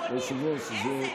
אנחנו עונים.